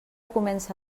comença